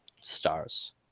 stars